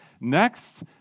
next